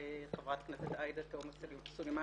חברת הכנסת עאידה תומא סלימאן,